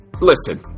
listen